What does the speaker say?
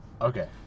Okay